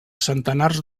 centenars